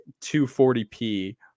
240p